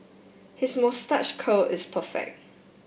his moustache curl is perfect